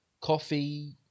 coffee